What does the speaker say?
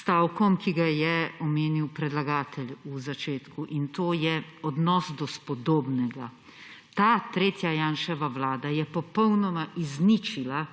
stavkom, ki ga je omenil predlagatelj v začetku, in to je odnos do spodobnega. Ta tretja Janševa vlada je popolnoma izničila